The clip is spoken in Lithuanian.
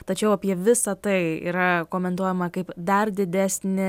tačiau apie visa tai yra komentuojama kaip dar didesnį